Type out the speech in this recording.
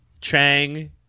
Chang